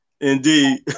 Indeed